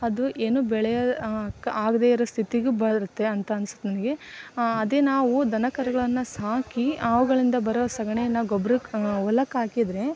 ಅದು ಏನು ಬೆಳೆ ಆಗದೇ ಇರೋ ಸ್ಥಿತಿಗೂ ಬರುತ್ತೆ ಅಂತ ಅನ್ಸತ್ತೆ ನನಗೆ ಅದೇ ನಾವು ದನ ಕರುಗಳನ್ನು ಸಾಕಿ ಅವುಗಳಿಂದ ಬರೋ ಸಗಣಿನ ಗೊಬ್ರಕ್ಕೆ ಹೊಲಕ್ಕಾಕಿದ್ರೆ